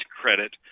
credit